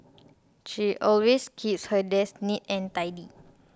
she always keeps her desk neat and tidy